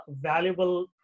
valuable